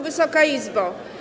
Wysoka Izbo!